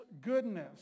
goodness